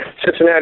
Cincinnati